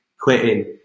quitting